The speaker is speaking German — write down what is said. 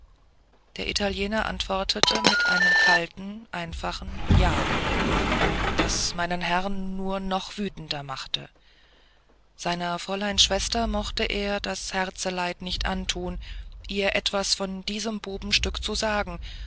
der italiener antwortete mit einem kalten einfachen ja das meinen herrn nur noch wütender machte seiner fräulein schwester mochte er das herzeleid nicht antun ihr etwas von diesem bubenstück zu sagen